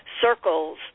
circles